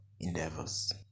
endeavors